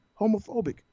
homophobic